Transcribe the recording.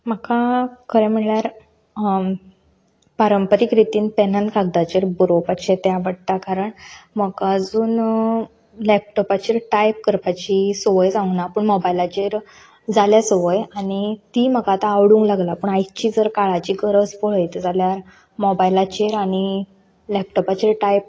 म्हाका खरें म्हणल्यार पारंपारीक रितीन पेन आनी कागदाचेर बरोवपाचें तें आवडटा कारण म्हाका आजून लॅपटोपाचेर टायप करपाची सवंय जावंक ना पूण मोबायलाचेर जाल्या सवंय आनी ती म्हाका आतां आवडूंक लागला पूण आयची जर काळाची गरज पळयत जाल्यार मोबायलाचेर आनी लॅपटोपाचेर टायप